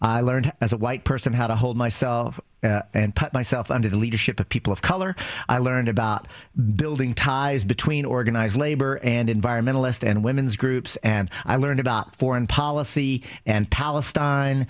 i learned as a white person how to hold myself and put myself under the leadership of people of color i learned about building ties between organized labor and environmentalist and women's groups and i learned about foreign policy and palestine